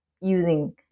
using